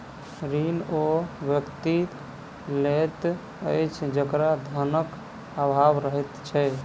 ऋण ओ व्यक्ति लैत अछि जकरा धनक आभाव रहैत छै